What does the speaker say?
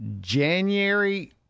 January